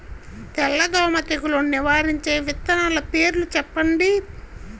తెల్లదోమ తెగులును నివారించే విత్తనాల పేర్లు చెప్పండి?